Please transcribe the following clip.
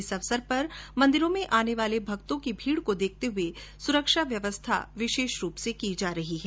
इस अवसर पर मन्दिरों में आने वाले भक्तों की भीड़ को देखते हुए सुरक्षा व्यवस्था के विशेष इन्तजाम किए जा रहे है